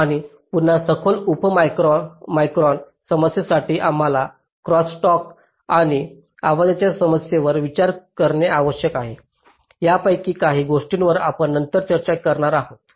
आणि पुन्हा सखोल उप मायक्रॉन समस्यांसाठी आम्हाला क्रॉस टॉक आणि आवाजाच्या समस्येवर विचार करणे आवश्यक आहे यापैकी काही गोष्टींवर आपण नंतर चर्चा करणार आहोत